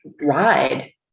ride